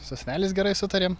su seneliais gerai sutarėm